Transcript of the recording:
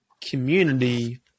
community